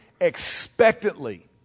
expectantly